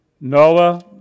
Noah